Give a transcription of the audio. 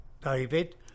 David